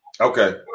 Okay